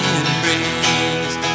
embrace